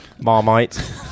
Marmite